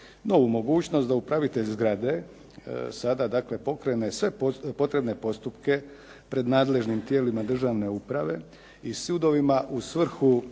novu mogućnost da upravitelj zgrade sada dakle pokrene sve potrebne postupke pred nadležnim tijelima državne uprave i sudovima u svrhu